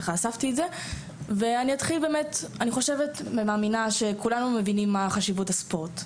אני חושבת ומאמינה שכולנו מבינים מה חשיבות הספורט,